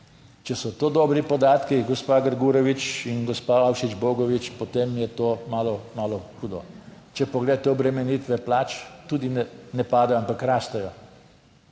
če so to dobri podatki, gospa Grgurevič in gospa Ašič Bogovič, potem je to malo, malo hudo. Če pogledate obremenitve plač, tudi ne padejo, ampak rastejo.